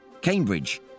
Cambridge